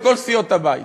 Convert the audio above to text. מכל סיעות הבית.